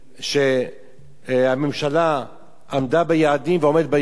הממשלה עמדה ביעדים ועומדת ביעדים.